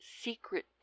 secret